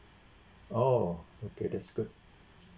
oh okay that's good